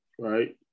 right